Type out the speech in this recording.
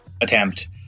attempt